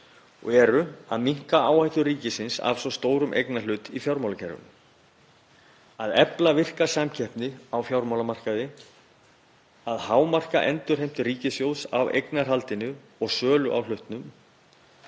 og eru að minnka áhættu ríkisins af svo stórum eignarhlut í fjármálakerfinu, að efla virka samkeppni á fjármálamarkaði, að hámarka endurheimt ríkissjóðs af eignarhaldinu og sölu á hlutnum,